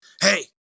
Hey